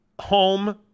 home